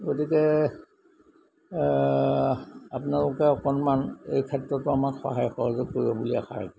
গতিকে আপোনালোকে অকণমান এই ক্ষেত্ৰতো আমাক সহায় সহযোগ কৰিব বুলি আশা ৰাখিছোঁ